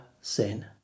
sin